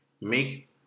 make